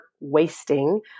wasting